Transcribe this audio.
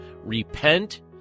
Repent